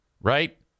Right